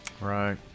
right